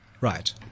Right